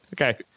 okay